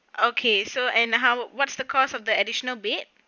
okay so and how what's the cost of the additional bed